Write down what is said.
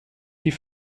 die